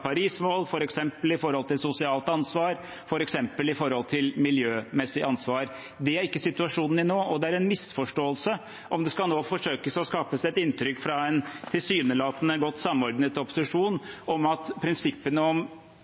i forhold til sosialt ansvar, f.eks. i forhold til miljømessig ansvar. Det er ikke situasjonen nå. Det er en misforståelse om en nå skal forsøke å skape et inntrykk fra en tilsynelatende godt samordnet opposisjon om at prinsippene om